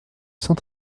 saint